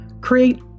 Create